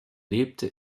lebte